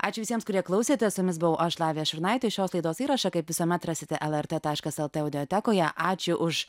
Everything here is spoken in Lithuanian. ačiū visiems kurie klausėtės su jumis buvau aš lavija šurnaitė šios laidos įrašą kaip visuomet rasite el er tė taškas el tė audiotekoje ačiū už